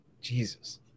jesus